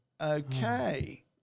okay